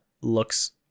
looks